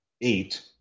eight